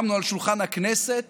שמנו על שולחן הכנסת